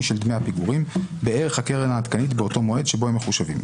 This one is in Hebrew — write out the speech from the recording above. של דמי הפיגורים בערך הקרן העדכנית באותו מועד שבו הם מחושבים.